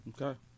Okay